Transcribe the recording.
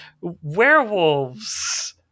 werewolves